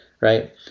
right